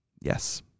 Yes